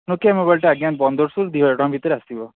Nokia ମୋବାଇଲ୍ଟା ଆଜ୍ଞା ପନ୍ଦର ଶହରୁ ଦୁଇ ହଜାର ଟଙ୍କା ଭିତରେ ଆସିବ